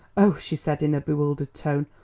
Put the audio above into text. oh, she said, in a bewildered tone,